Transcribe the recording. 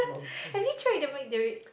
have you try the Mc~